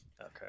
Okay